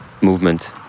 movement